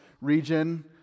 region